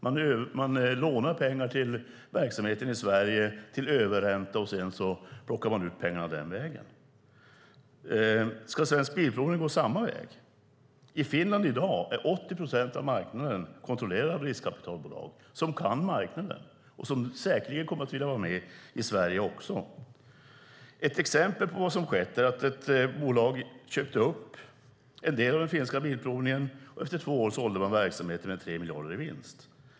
Man lånar pengar till verksamheten i Sverige till överränta, och sedan plockar man ut pengarna den vägen. Ska Svensk Bilprovning gå samma väg? I Finland i dag är 80 procent av marknaden kontrollerad av riskkapitalbolag som kan marknaden och som säkerligen kommer att vilja vara med också i Sverige. Ett exempel på vad som har skett är att ett bolag köpte upp en del av den finska bilprovningen och efter två år sålde verksamheten med 3 miljarder i vinst.